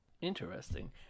Interesting